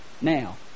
now